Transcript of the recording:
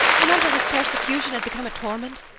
and under his persecution had become a torment.